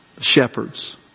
Shepherds